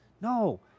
no